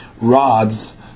rods